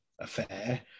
affair